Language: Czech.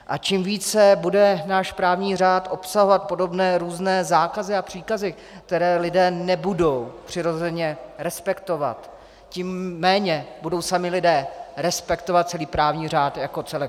A čím více bude náš právní řád obsahovat podobné různé zákazy a příkazy, které lidé nebudou přirozeně respektovat, tím méně budou sami lidé respektovat celý právní řád jako celek.